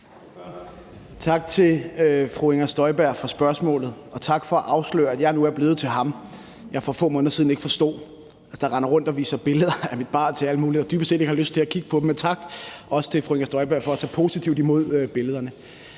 Tak til fru Inger Støjberg for spørgsmålet, og tak for at afsløre, at jeg nu er blevet til ham, som jeg for få måneder siden ikke forstod, som render rundt og viser billeder af mit barn til alle mulige, der dybest set ikke har lyst til at kigge på dem, men også tak til fru Inger Støjberg for at tage positivt imod billederne.